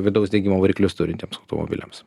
vidaus degimo variklius turintiems automobiliams